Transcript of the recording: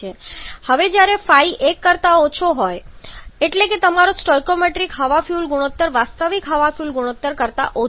હવે જ્યારે ϕ 1 કરતા ઓછો છે ϕ 1 કરતા ઓછો એટલે તમારો સ્ટોઇકિયોમેટ્રિક હવા ફ્યુઅલ ગુણોત્તર વાસ્તવિક હવા ફ્યુઅલ ગુણોત્તર કરતા ઓછો છે